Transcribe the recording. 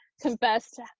confessed